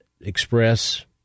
express